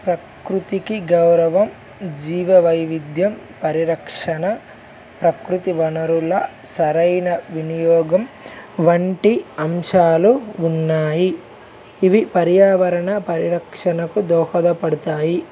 ప్రకృతికి గౌరవం జీవ వైవిధ్యం పరిరక్షణ ప్రకృతి వనరుల సరైన వినియోగం వంటి అంశాలు ఉన్నాయి ఇవి పర్యావరణ పరిరక్షణకు దోహదపడతాయి